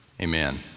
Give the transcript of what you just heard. amen